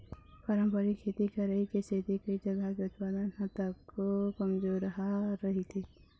पारंपरिक खेती करई के सेती कइ जघा के उत्पादन ह तको कमजोरहा रहिथे